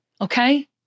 okay